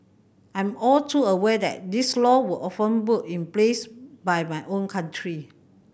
I'm all too aware that these law were often put in place by my own country